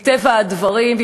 מטבע הדברים,